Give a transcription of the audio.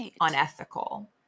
unethical